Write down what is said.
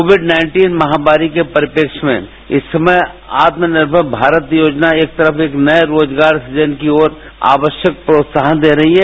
Covid महामारी के परिषेक में इस समय आत्मनिर्मर भारत योजना एक तरफ एक नए रोजगार सूजन की और आक्स्यक प्रोत्साहन दे रही है